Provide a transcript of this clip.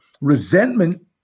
resentment